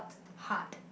hard